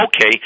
okay